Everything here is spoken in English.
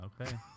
Okay